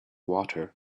water